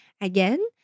Again